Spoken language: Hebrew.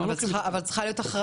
אבל לפני כן צריכה להיות הכרזה.